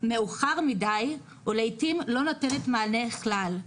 מאוחר מדי ולעיתים לא נותנת מענה כלל.